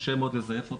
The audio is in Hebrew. קשה מאוד לזייף אותו.